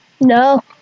No